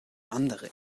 andere